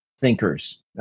thinkers